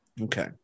Okay